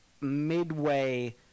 midway